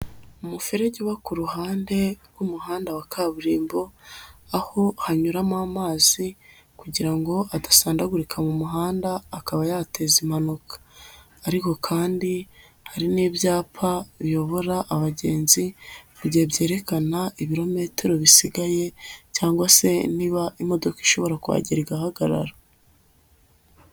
Umuferege uba ku ruhande rw'umuhanda wa kaburimbo. Aho hanyuramo amazi kugira ngo adasandagurika mu muhanda akaba yateza impanuka ariko kandi hari n'ibyapa biyobora abagenzi, mu gihe byerekana ibirometero bisigaye cyangwa se niba imodoka ishobora kuhagera igahagarara.